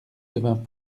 devint